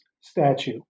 statue